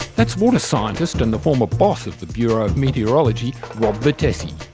that's water scientist and the former boss of the bureau of meteorology, rob vertessy.